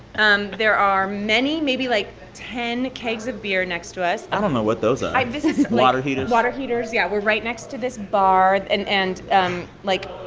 and there are many maybe, like, ten kegs of beer next to us i don't know what those are this is. water heaters. water heaters. yeah. we're right next to this bar. and, and, um like,